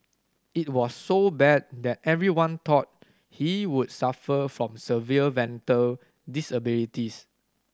it was so bad that everyone thought he would suffer from severe mental disabilities